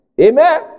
Amen